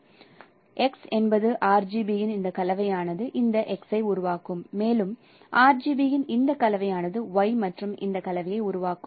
எனவே எக்ஸ் என்பது ஆர்ஜிபியின் இந்த கலவையானது இந்த X ஐ உருவாக்கும் மேலும் RGBயின் இந்த கலவையானது Y மற்றும் இந்த கலவையை உருவாக்கும்